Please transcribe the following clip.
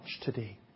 today